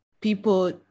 people